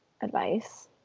advice